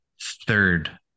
third